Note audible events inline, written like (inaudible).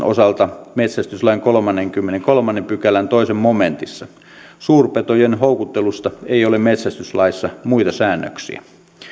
(unintelligible) osalta metsästyslain kolmannenkymmenennenkolmannen pykälän toisessa momentissa suurpetojen houkuttelusta ei ole metsästyslaissa muita säännöksiä